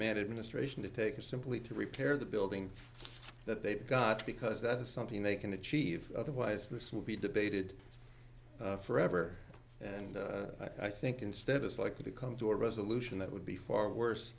administration to take is simply to repair the building that they've got because that is something they can achieve otherwise this will be debated forever and i think instead is likely to come to a resolution that would be far worse